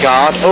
God